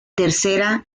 tercera